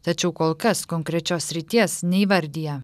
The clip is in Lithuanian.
tačiau kol kas konkrečios srities neįvardija